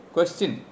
Question